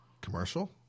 Commercial